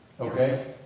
Okay